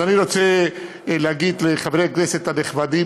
אז אני רוצה להגיד לחברי הכנסת הנכבדים